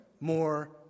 more